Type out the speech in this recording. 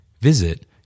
Visit